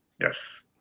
Yes